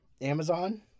Amazon